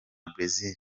brazil